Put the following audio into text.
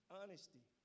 honesty